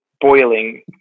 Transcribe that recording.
boiling